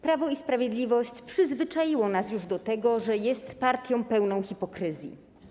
Prawo i Sprawiedliwość przyzwyczaiło nas już do tego, że jest partią pełną hipokryzji.